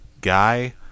guy